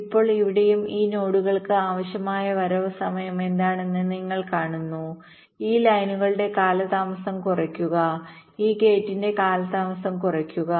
ഇപ്പോൾ ഇവിടെയും ഈ നോഡുകൾക്ക് ആവശ്യമായ വരവ് സമയം എന്താണെന്ന് നിങ്ങൾ കാണുന്നു ഈ ലൈനുകളുടെ കാലതാമസം കുറയ്ക്കുക ഈ ഗേറ്റിന്റെ കാലതാമസം കുറയ്ക്കുക